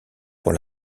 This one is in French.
pour